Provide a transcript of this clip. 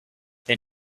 then